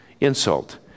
Insult